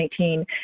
2018